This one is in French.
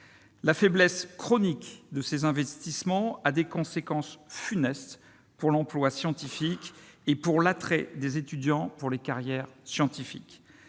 la faiblesse chronique des investissements a des conséquences funestes pour l'emploi scientifique et l'attrait des étudiants pour les carrières scientifiques.